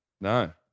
No